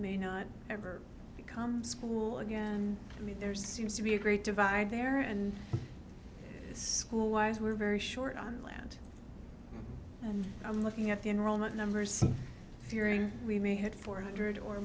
may not ever become school again i mean there seems to be a great divide there and school wise we're very short on land and i'm looking at the enrollment numbers here we may have four hundred or